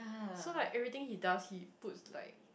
so like everything he does he puts like